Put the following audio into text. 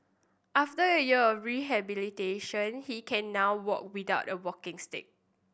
after a year of rehabilitation he can now walk without a walking stick